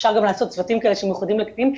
אפשר לעשות צוותים כאלה שמיוחדים לקטינים,